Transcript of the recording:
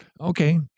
Okay